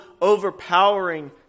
overpowering